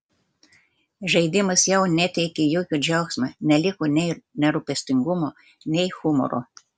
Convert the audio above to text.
žaidimas jau neteikė jokio džiaugsmo neliko nei nerūpestingumo nei humoro